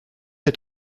est